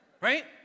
Right